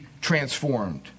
transformed